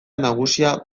nagusia